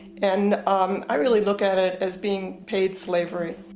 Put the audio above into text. and i realy look at it as being paid slavery.